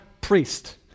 priest